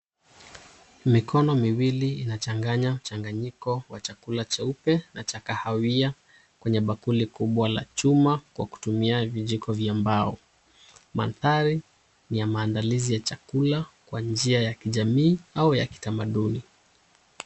Mikono miwili inachanganya mchanganyiko wa chakula cheupe na cha kahawia kwenye bakuli kubwa la chuma kwa kutumia vijiko vya mbao. Maanthri ni ya maandalizi ya chakula kwa njia ya kijamii au ya kitamaduni.